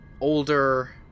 older